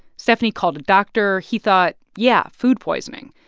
steffanie called a doctor. he thought, yeah, food poisoning,